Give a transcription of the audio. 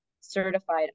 certified